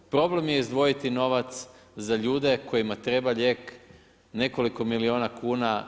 Problem je izdvojiti novac za ljude kojima treba lijek nekoliko milijuna kuna.